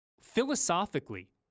philosophically